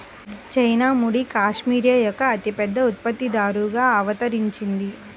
China ముడి cashmere యొక్క అతిపెద్ద ఉత్పత్తిదారుగా అవతరించింది